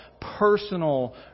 personal